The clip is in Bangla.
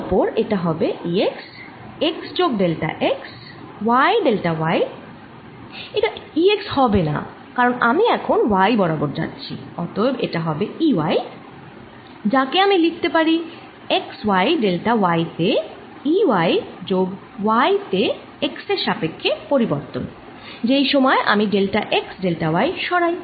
2 এর ওপর এটা হবে E x x যোগ delta x y delta y এটা E x হবে না কারণ আমি এখন y বরাবর যাচ্ছি অতএব এটা হবে E y যাকে আমি লিখতে পারি x y ডেল্টা y তে E y যোগ y তে x এর সাপেক্ষে পরিবর্তন যেই সময়ে আমি ডেল্টা x ডেল্টা y সরাই